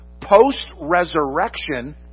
post-resurrection